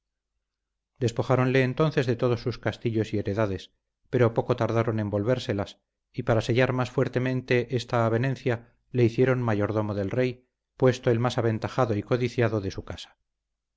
prisionero despojáronle entonces de todos sus castillos y heredades pero poco tardaron en volvérselas y para sellar más fuertemente esta avenencia le hicieron mayordomo del rey puesto el más aventajado y codiciado de su casa